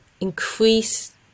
increase